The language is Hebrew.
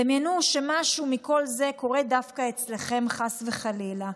דמיינו שמשהו מכל זה קורה דווקא אצלכם, חס וחלילה.